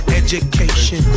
education